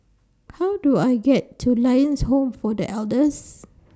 How Do I get to Lions Home For The Elders